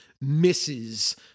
misses